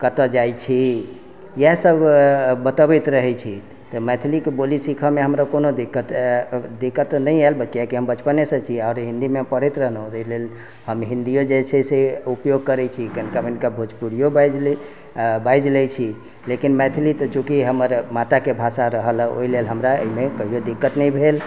कतय जाइ छी इएह सब बतबैत रहै छी तऽ मैथिली के बोली सिखए मे हमरा कोनो दिक्कत तऽ नहि आयल कियाकी हम बचपने सँ छी आओर हिन्दी मे पढ़ैत रहलौ ताहिलेल हम हिन्दीयो जे छै से ऊपयोग करै छी कनिका मनिका भोजपुरियो बाजि लै छी लेकिन मैथिली तऽ चुॅंकी हमर माता के भाषा रहलए ओहिलेल हमरा एहिमे कहियो दिक्कत नहि भेल